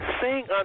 Sing